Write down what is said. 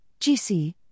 GC